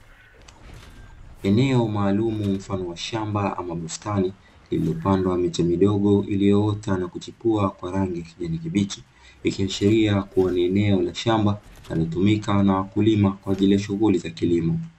Eneo maalum mfano shamba ama bustani limepandwa miti midogo iliyoota na kuchipua kwa rangi ya kijani kibichi, ikiashiria kuwa ni eneo la shamba linalotumika na wakulima kwa ajili ya shughuli za kilimo